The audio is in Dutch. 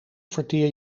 verteer